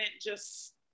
just-